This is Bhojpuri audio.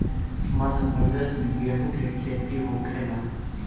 मध्यप्रदेश में गेहू के खेती होखेला